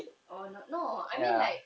oh no no I mean like